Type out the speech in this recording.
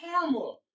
Karma